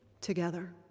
together